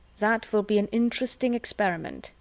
that will be an interesting experiment,